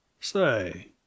Say